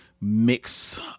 mix